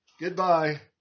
goodbye